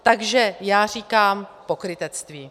Takže já říkám pokrytectví.